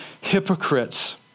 hypocrites